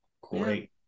Great